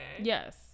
Yes